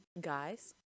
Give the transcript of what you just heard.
Guys